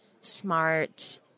smart